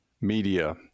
media